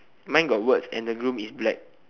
mine got words and the groom is black